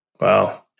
Wow